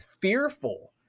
fearful